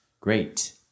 Great